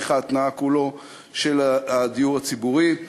תהליך ההתנעה של הדיור הציבורי כולו.